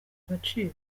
agaciro